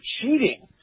cheating